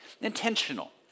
intentional